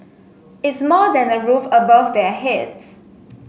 it's more than a roof above their heads